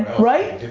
right?